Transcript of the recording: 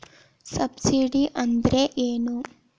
Subsidy ಅಂದ್ರೆ ಏನು?